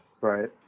Right